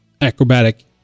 acrobatic